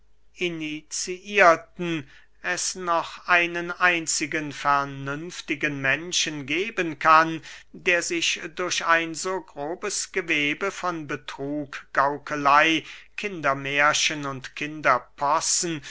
iniziirten es noch einen einzigen vernünftigen menschen geben kann der sich durch ein so grobes gewebe von betrug gaukeley kindermährchen und